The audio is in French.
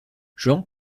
jean